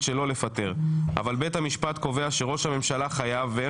שלא לפטר אבל בית המשפט קובע שראש הממשלה חייב ואין